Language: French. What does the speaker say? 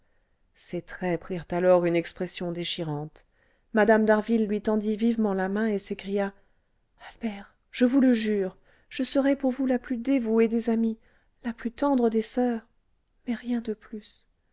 ses traits prirent alors une expression déchirante mme d'harville lui tendit vivement la main et s'écria albert je vous le jure je serai pour vous la plus dévouée des amies la plus tendre des soeurs mais rien de plus